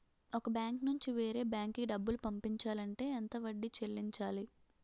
ఒక బ్యాంక్ నుంచి వేరే బ్యాంక్ కి డబ్బులు పంపించాలి అంటే ఎంత వడ్డీ చెల్లించాలి?